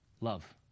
Love